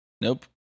Nope